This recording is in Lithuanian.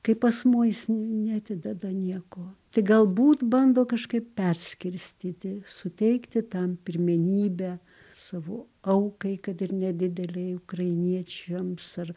kaip asmuo jis neatideda nieko tai galbūt bando kažkaip perskirstyti suteikti tam pirmenybę savo aukai kad ir nedidelei ukrainiečiams ar